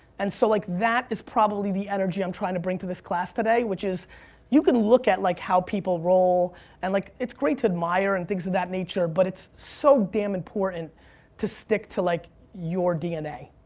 and so like that is probably the energy i'm trying to bring to this class today, which is you can look at like how people roll and like it's great to admire and things of that nature but it's so damn important to stick to like your dna,